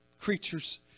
creatures